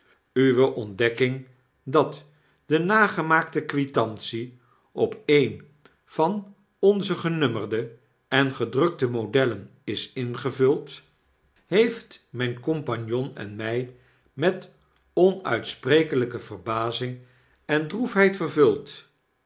uwe ontdekking dat de nagemaaktekwitantie op een van onze genummerde en gedrukte modellen is ingevuld heeft myn compagnon en my met onuitsprekelyke verbazing en droefheid vervuld